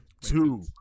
Two